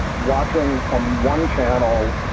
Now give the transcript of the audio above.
watching on one channel,